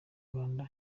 rwanda